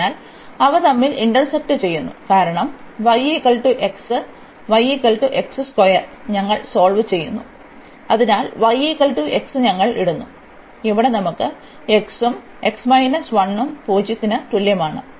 അതിനാൽ അവ തമ്മിൽ ഇന്റർസെക്ട ചെയ്യുന്നു കാരണം ഞങ്ങൾ സോൾവ് ചെയ്യുന്നു അതിനാൽ y x ഞങ്ങൾ ഇടുന്നു അതിനാൽ ഇവിടെ നമുക്ക് x ഉം 0 ന് തുല്യമാണ്